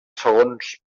segons